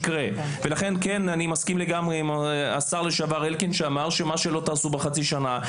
לכן אני מסכים עם דברי השר לשעבר אלקין שאמר שמה שלא תעשו בחצי שנה,